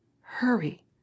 hurry